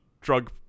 drug